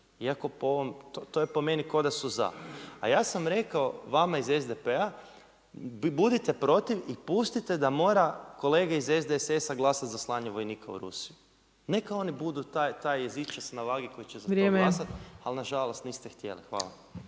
iako po ovom, to je po meni kao da su za. A ja sam rekao vama iz SDP-a budite protiv i pustite da moraju kolege iz SDSS-a glasati za slanje vojnika u Rusiju, neka oni budu taj jezičac na vagi koji će za to glasati, ali nažalost niste htjeli. Hvala.